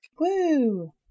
Woo